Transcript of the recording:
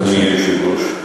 אדוני היושב-ראש,